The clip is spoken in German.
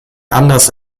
anders